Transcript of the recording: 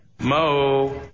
Mo